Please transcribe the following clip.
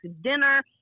dinner